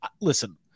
listen